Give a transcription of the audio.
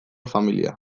familia